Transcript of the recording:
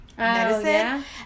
medicine